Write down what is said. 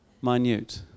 minute